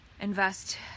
invest